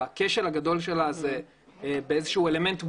הכשל הגדול של שיטת הפלקל הוא באלמנט בודד,